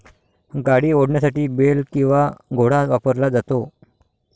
गाडी ओढण्यासाठी बेल किंवा घोडा वापरला जातो